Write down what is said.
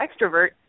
extrovert